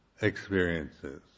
experiences